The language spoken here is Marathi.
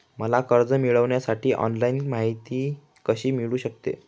मला कर्ज मिळविण्यासाठी ऑनलाइन माहिती कशी मिळू शकते?